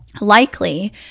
likely